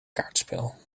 kaartspel